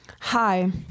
Hi